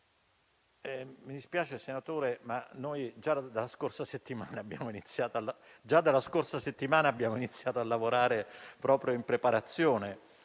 Mi dispiace, senatore La Russa, ma noi già dalla scorsa settimana abbiamo iniziato a lavorare proprio in preparazione